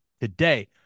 today